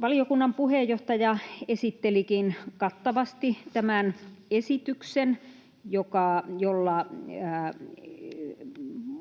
Valiokunnan puheenjohtaja esittelikin kattavasti tämän esityksen, jolla